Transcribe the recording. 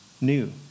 new